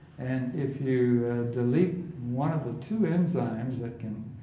and if you delete one of the two enzymes that can